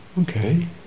Okay